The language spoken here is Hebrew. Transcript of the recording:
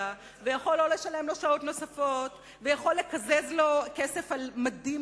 ויכול לא לשלם לו שעות נוספות ויכול לקזז לו כסף על מדים,